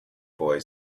boy